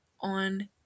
on